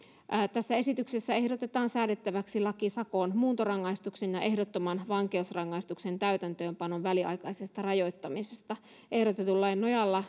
tässä esityksessä ehdotetaan säädettäväksi laki sakon muuntorangaistuksen ja ehdottoman vankeusrangaistuksen täytäntöönpanon väliaikaisesta rajoittamisesta ehdotetun lain nojalla